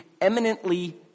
eminently